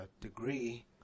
degree